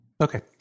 Okay